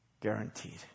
Guaranteed